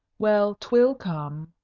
well, twill come.